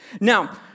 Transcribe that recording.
Now